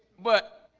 but